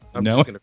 No